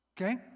Okay